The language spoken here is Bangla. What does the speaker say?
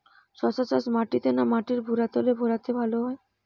শশা চাষ মাটিতে না মাটির ভুরাতুলে ভেরাতে ভালো হয়?